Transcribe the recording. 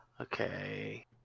Okay